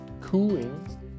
cooing